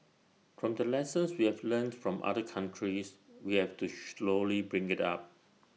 from the lessons we have learnt from other countries we have to bring IT up